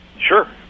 Sure